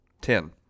Ten